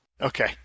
Okay